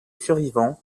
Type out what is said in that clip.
survivants